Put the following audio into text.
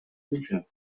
үчүн